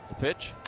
Pitch